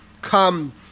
come